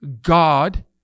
God